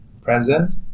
Present